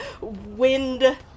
wind